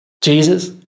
Jesus